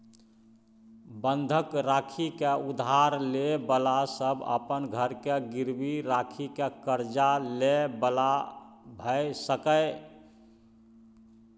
बंधक राखि के उधार ले बला सब अपन घर के गिरवी राखि के कर्जा ले बला भेय सकेए